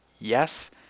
yes